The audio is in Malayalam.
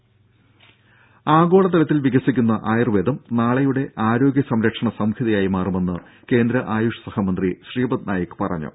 ദേദ ആഗോള തലത്തിൽ വികസിക്കുന്ന ആയുർവേദം നാളെയുടെ ആരോഗ്യ സംരക്ഷണ സംഹിതയായി മാറുമെന്ന് കേന്ദ്ര ആയുഷ് സഹമന്ത്രി ശ്രീപദ് നായ്ക്ക് പറഞ്ഞു